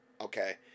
okay